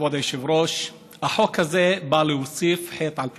כבוד היושב-ראש, החוק הזה בא להוסיף חטא על פשע,